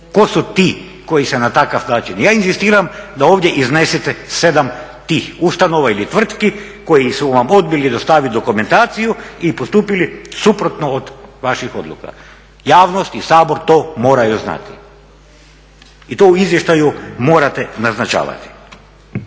ko su ti koji se na takav način, ja inzistiram da ovdje iznesete sedam tih ustanova ili tvrtki koji su vam odbili dostaviti dokumentaciju i postupili suprotno od vaših odluka. Javnost i Sabor to moraju znati i to u izvještaju morate naznačavati.